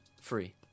free